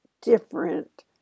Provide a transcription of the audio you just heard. different